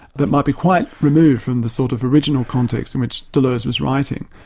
that might be quite removed from the sort of original context in which deleuze was writing.